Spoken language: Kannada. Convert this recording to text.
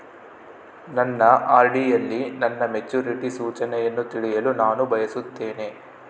ನನ್ನ ಆರ್.ಡಿ ಯಲ್ಲಿ ನನ್ನ ಮೆಚುರಿಟಿ ಸೂಚನೆಯನ್ನು ತಿಳಿಯಲು ನಾನು ಬಯಸುತ್ತೇನೆ